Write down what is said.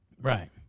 Right